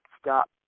stop